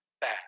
bad